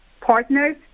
partners